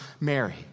Mary